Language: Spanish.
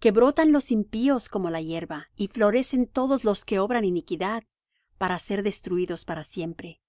que brotan los impíos como la hierba y florecen todos los que obran iniquidad para ser destruídos para siempre